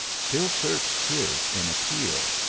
still searched his in appeal.